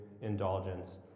indulgence